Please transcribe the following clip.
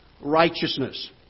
righteousness